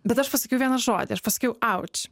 bet aš pasakiau vieną žodį aš paskiau auč